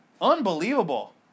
unbelievable